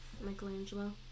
Michelangelo